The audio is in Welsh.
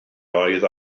oedd